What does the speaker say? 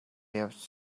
явж